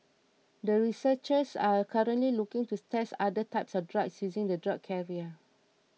the researchers are currently looking to test other types of drugs using the drug carrier